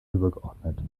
übergeordnet